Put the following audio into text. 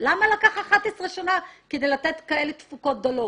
למה לקח 11 שנה כדי לתת כאלו תפוקות דלות?